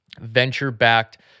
venture-backed